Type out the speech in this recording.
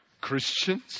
Christians